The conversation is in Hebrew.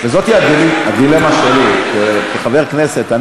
זאת הדילמה שלי כחבר כנסת,